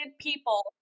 people